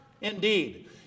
indeed